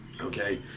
okay